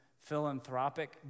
philanthropic